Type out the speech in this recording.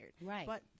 Right